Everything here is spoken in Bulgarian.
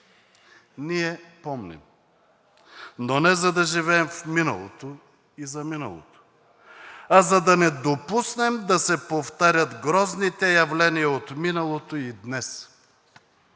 Ние помним, но не за да живеем в миналото и за миналото, а за да не допуснем да се повтарят грозните явления от миналото и днес,